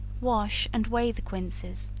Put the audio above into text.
wash and weigh the quinces,